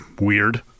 weird